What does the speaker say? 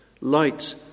Light